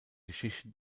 geschichte